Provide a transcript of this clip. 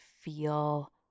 feel